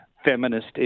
Feminist